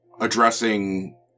addressing